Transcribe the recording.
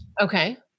Okay